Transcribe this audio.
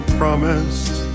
promised